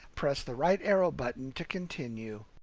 press the right arrow button to continue.